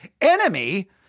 enemy